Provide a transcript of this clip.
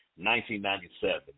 1997